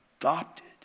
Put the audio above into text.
adopted